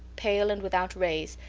pale and without rays,